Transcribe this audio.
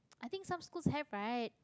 I think some schools have right